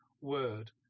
word